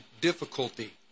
difficulty